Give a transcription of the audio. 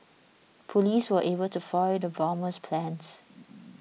police were able to foil the bomber's plans